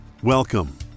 Welcome